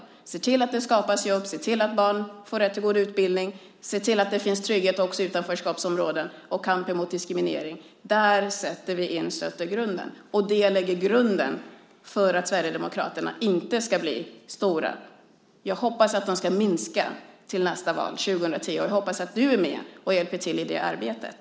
Vi ska se till att det skapas jobb, se till att barn får rätt till god utbildning och se till att det finns trygghet i utanförskapsområdena. Och vi ska föra kampen mot diskriminering. Det lägger grunden för att Sverigedemokraterna inte ska bli stora. Jag hoppas att de ska minska till nästa val 2010. Och jag hoppas att du är med och hjälper till i det arbetet.